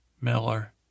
Miller